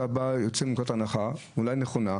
אתה יוצא מנקודת הנחה, אולי נכונה,